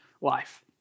life